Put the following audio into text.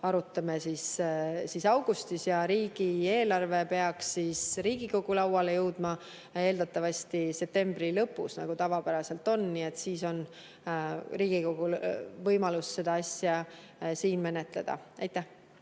arutame seda augustis. Ja riigieelarve peaks Riigikogu lauale jõudma eeldatavasti septembri lõpus, nagu tavapäraselt on, nii et siis on Riigikogul võimalus seda asja siin menetleda. Aitäh!